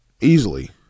easily